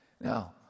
Now